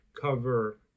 cover